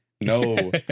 No